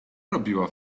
robiła